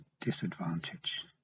disadvantage